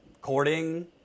courting